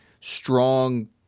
strong